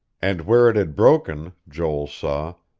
and where it had broken, joel saw,